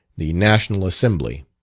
the national assembly.